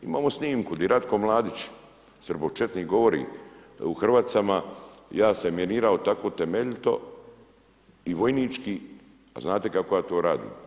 Imamo snimku, di Ratko Mladić, srbočetnik govori u Hrvacama, ja sam … tako temeljito i vojnički, a znate kako ja to radim.